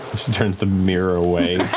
she turns the mirror away.